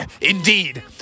indeed